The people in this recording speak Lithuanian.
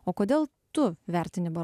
o kodėl tu vertini baro